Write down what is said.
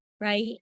right